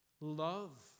love